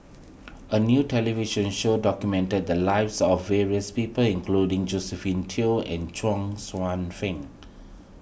a new television show documented the lives of various people including Josephine Teo and Chuang Hsueh Fang